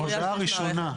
בהודעה הראשונה.